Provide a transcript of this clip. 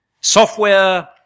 software